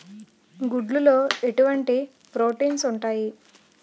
గుడ్లు లో ఎటువంటి ప్రోటీన్స్ ఉంటాయి?